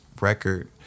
record